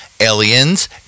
Aliens